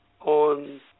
on